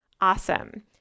awesome